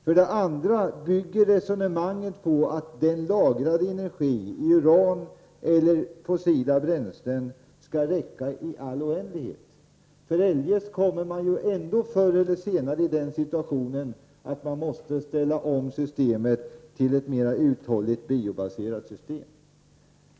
För det andra bygger resonemanget på att den lagrade energin uran eller fossila bränslen, skall räcka i all oändlighet, eljest kommer man ju ändå förr eller senare i den situationen att man måste ställa om systemet till ett mer uthålligt biobaserat system.